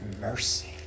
mercy